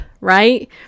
right